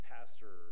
Pastor